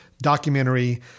documentary